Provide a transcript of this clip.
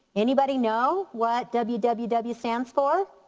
anybody know what w w w stands for?